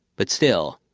but still,